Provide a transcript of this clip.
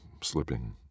slipping